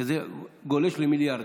שזה גולש למיליארדים.